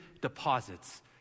deposits